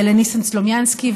לניסן סלומינסקי,